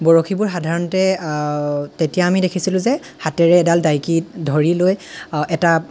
বৰশীবোৰ সাধাৰণতে তেতিয়া আমি দেখিছিলোঁ যে হাতেৰে এডাল দাইকীত ধৰি লৈ এটা